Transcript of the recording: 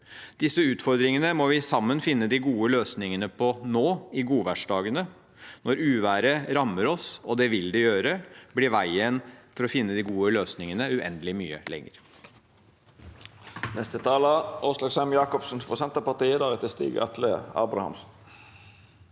Disse utfordringene må vi sammen finne de gode løsningene på nå i godværsdagene. Når uværet rammer oss – og det vil det gjøre – blir veien til å finne de gode løsningene uendelig mye lenger.